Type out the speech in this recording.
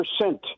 percent